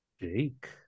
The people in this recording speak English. Jake